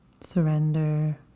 Surrender